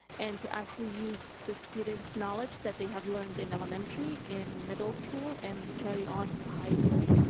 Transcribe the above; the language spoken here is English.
and to actually use the students' knowledge that they have learned in elementary, in middle school, and carry on to high school.